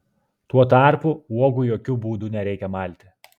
tuo tarpu uogų jokiu būdu nereikia malti